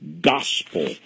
gospel